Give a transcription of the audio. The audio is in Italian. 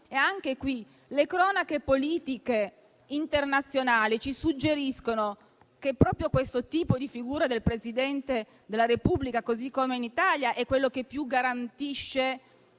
Anche qui, le cronache politiche internazionali ci suggeriscono che proprio questo tipo di figura del Presidente della Repubblica, così come in Italia, è quello che più garantisce